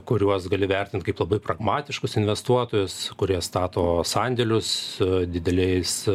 kuriuos gali vertinti kaip labai pragmatiškus investuotojus kurie stato sandėlius dideliais